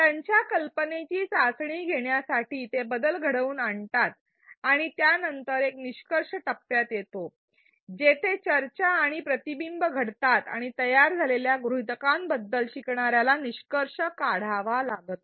त्यांच्या कल्पनेची चाचणी घेण्यासाठी ते बदल घडवून आणतात आणि त्यानंतर एक निष्कर्ष टप्प्यात येतो जेथे चर्चा आणि प्रतिबिंब घडतात आणि तयार झालेल्या गृहीतकांबद्दल शिकणार्याला निष्कर्ष काढावा लागतो